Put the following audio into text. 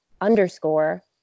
underscore